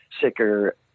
sicker